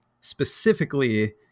specifically